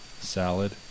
salad